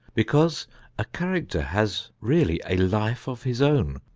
because a character has really a life of his own,